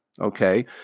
Okay